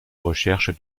recherche